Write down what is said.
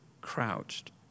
crouched